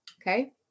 Okay